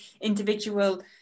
individual